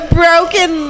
broken